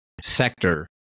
sector